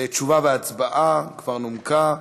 התשע"ה 2015, תשובה והצבעה, כבר נומקה.